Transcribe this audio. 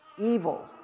evil